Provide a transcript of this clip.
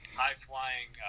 high-flying